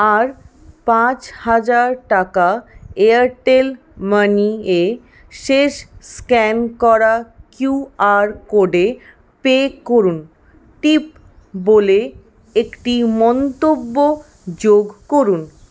আর পাঁচ হাজার টাকা এয়ারটেল মানি এ শেষ স্ক্যান করা কিউ আর কোডে পে করুন টিপ বলে একটি মন্তব্য যোগ করুন